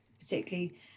particularly